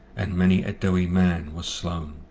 and many a doughty man was slone.